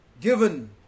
given